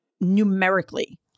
numerically